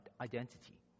identity